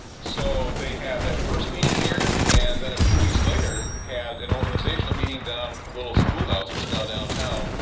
so they had that first meeting here, and then a few weeks later, had an organizational meeting down in a little school house, what's now downtown.